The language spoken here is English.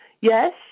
Yes